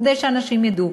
כדי שאנשים ידעו.